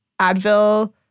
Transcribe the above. Advil